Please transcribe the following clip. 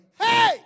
Hey